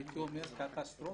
היית אומר, קטסטרופה,